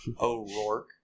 O'Rourke